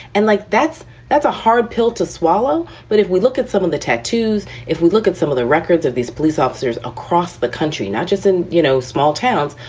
and like that's that's a hard pill to swallow. but if we look at some of the tattoos, if we look at some of the records of these police officers across the country, not just in, you know, small towns,